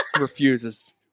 refuses